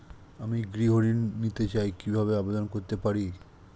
আমি গৃহ ঋণ নিতে চাই কিভাবে আবেদন করতে পারি?